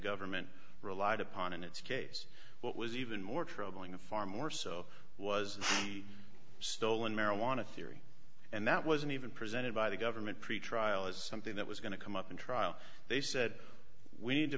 government relied upon in its case what was even more troubling and far more so was the stolen marijuana theory and that wasn't even presented by the government pretrial as something that was going to come up in trial they said we need to